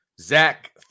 Zach